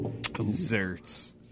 Desserts